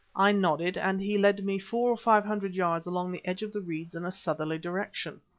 i nodded, and he led me four or five hundred yards along the edge of the reeds in a southerly direction.